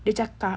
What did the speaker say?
dia cakap